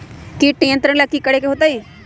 किट नियंत्रण ला कि करे के होतइ?